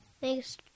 Thanks